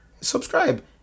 subscribe